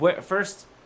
first